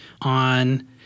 on